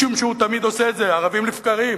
משום שהוא תמיד עושה את זה, ערבים לבקרים,